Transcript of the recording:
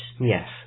Yes